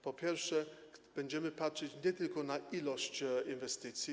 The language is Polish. Po pierwsze, będziemy patrzeć nie tylko na ilość inwestycji.